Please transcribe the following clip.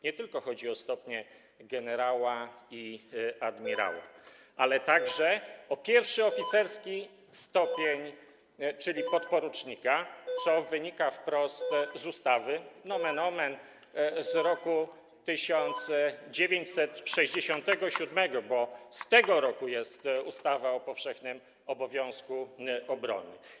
Nie tylko chodzi o stopnie generała i admirała, ale także o pierwszy oficerski stopień, czyli podporucznika, co wynika wprost z ustawy nomen omen z roku 1967 r., bo z tego roku jest ustawa o powszechnym obowiązku obrony.